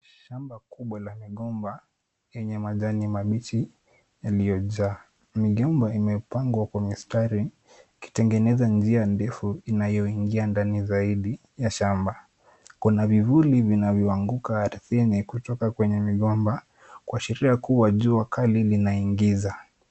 Shamba kubwa la migomba yenye majani mabichi yaliyojaa. Migomba imepangwa kwa mistari ikitengeneza njia ndefu inayoingia ndani zaidi ya shamba. Kuna vivuli vinavyoanguka ardhini kutoka kwenye migomba, kuashiria kuwa jua kali linaingiza.